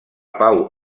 pau